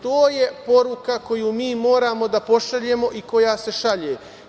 To je poruka koju mi moramo da pošaljemo i koja se šalje.